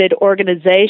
organization